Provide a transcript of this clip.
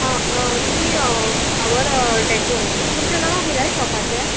तुमी फ्लावर डॅको न्हय तुमचें नांव कितें शॉपाचें